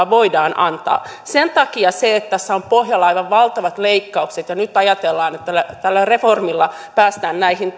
voidaan antaa sen takia se että tässä on pohjalla aivan valtavat leikkaukset ja nyt ajatellaan että tällä reformilla päästään näihin